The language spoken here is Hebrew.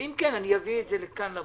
אם כן, אני אביא לוועדה